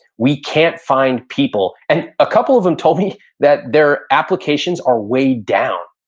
we can't find people, and a couple of them told me that their applications are way down.